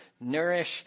nourish